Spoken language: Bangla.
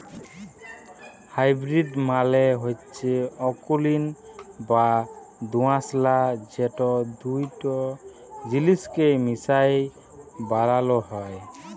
হাইবিরিড মালে হচ্যে অকুলীন বা দুআঁশলা যেট দুট জিলিসকে মিশাই বালালো হ্যয়